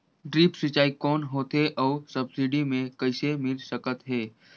Drip सिंचाई कौन होथे अउ सब्सिडी मे कइसे मिल सकत हे?